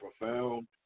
profound